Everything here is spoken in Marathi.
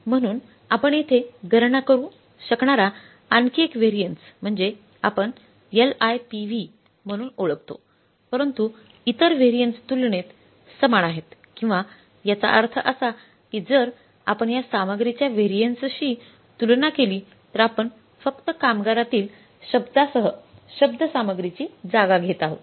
म्हणून आपण येथे गणना करू शकणारा आणखी एक व्हॅरियन्स म्हणजे आपण एलआयपीव्ही म्हणून ओळखतो परंतु इतर व्हॅरियन्स तुलनेत समान आहेत किंवा याचा अर्थ असा की जर आपण या सामग्रीच्या व्हॅरियन्सशी तुलना केली तर आपण फक्त कामगारांतील शब्दासह शब्द सामग्रीची जागा घेत आहात